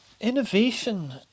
Innovation